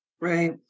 Right